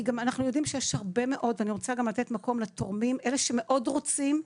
אני רוצה גם לתת מקום לתורמים אלה שמאוד רוצים.